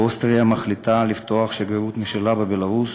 ואוסטריה מחליטה לפתוח שגרירות משלה בבלרוס,